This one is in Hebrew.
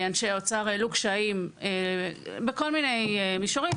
אנשי האוצר העלו קשיים בכל מיני מישורים,